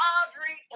Audrey